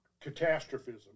catastrophism